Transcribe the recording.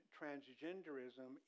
transgenderism